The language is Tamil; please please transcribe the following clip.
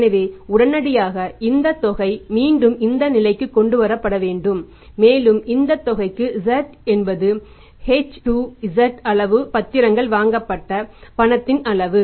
எனவே உடனடியாக இந்த தொகை மீண்டும் இந்த நிலைக்கு கொண்டு வரப்பட வேண்டும் மேலும் இந்த தொகைக்கு z என்பது h z அளவு பத்திரங்கள் வாங்கப்பட்ட பணத்தின் அளவு